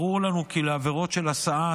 ברור לנו כי לעבירות של הסעה,